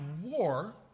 war